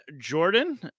Jordan